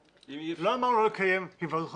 אמרנו לא לקיים היוועדות חזותית.